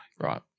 Right